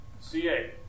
CA